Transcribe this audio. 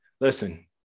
listen